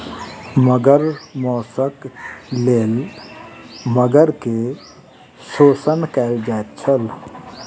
मगर मौसक लेल मगर के शोषण कयल जाइत छल